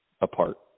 apart